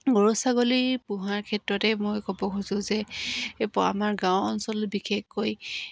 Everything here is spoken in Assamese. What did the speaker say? গৰু ছাগলী পোহাৰ ক্ষেত্ৰতে মই ক'ব খুজোঁ যে এই আমাৰ গাঁও অঞ্চলত বিশেষকৈ